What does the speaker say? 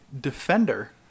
defender